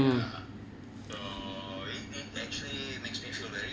mm